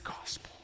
gospel